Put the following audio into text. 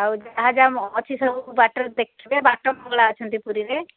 ଆଉ ଯାହା ଯାହା ଅଛି ସବୁ ବାଟରେ ଦେଖିବେ ବାଟମଙ୍ଗଳା ଅଛନ୍ତି ପୁରୀରେ